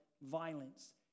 violence